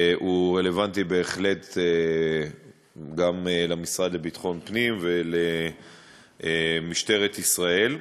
הוא רלוונטי בהחלט גם למשרד לביטחון הפנים ולמשטרת ישראל,